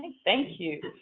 thank you.